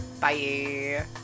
Bye